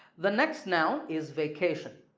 the next noun is vacation.